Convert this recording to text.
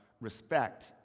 respect